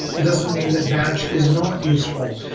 it doesn't mean that batch is not useful.